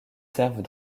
servent